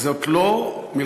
זאת לא מלחמה,